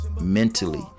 mentally